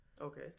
okay